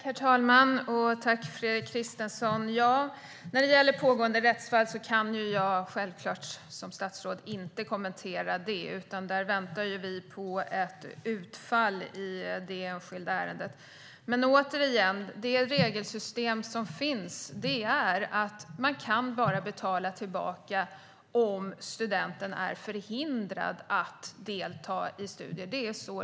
Herr talman! Jag tackar Fredrik Christensson. Som statsråd kan jag självklart inte kommentera pågående rättsfall. Här väntar vi på ett utfall i detta enskilda ärende. Enligt det regelsystem som den förra regeringen införde kan man bara betala tillbaka om studenten är förhindrad att delta i studier.